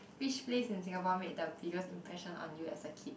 which place in Singapore made the biggest impression on you as a kid